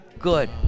Good